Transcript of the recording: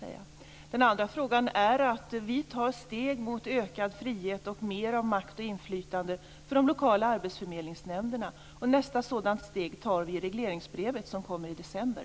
Svaret på den andra frågan är att vi tar steg mot ökad frihet och mer av makt och inflytande för de lokala arbetsförmedlingsnämnderna. Nästa sådant steg tar vi i regleringsbrevet som kommer i december.